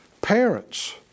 parents